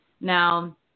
Now